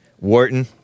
Wharton